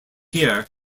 here